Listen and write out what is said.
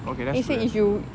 okay that's true that's true